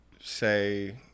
say